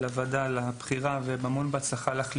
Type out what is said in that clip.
ולוועדה על הבחירה והמון בהצלחה לך,